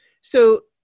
So-